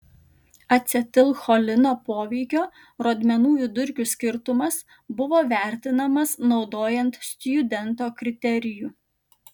acetilcholino poveikio rodmenų vidurkių skirtumas buvo vertinamas naudojant stjudento kriterijų